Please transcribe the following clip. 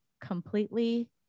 completely